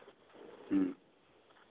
ᱦᱮᱸ